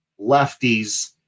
lefties